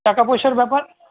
টাকা পয়সার ব্যাপার